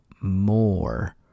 more